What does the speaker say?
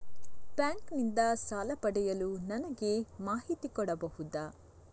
Bank ನಿಂದ ಸಾಲ ಪಡೆಯಲು ನನಗೆ ಮಾಹಿತಿ ಕೊಡಬಹುದ?